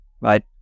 right